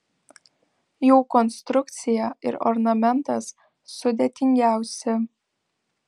jų konstrukcija ir ornamentas sudėtingiausi